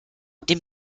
dem